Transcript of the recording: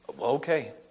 Okay